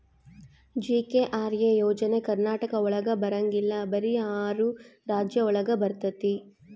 GKRA ಯೋಜನೆ ಕರ್ನಾಟಕ ಒಳಗ ಬರಂಗಿಲ್ಲ ಬರೀ ಆರು ರಾಜ್ಯ ಒಳಗ ಬರ್ತಾತಿ